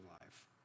life